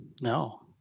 No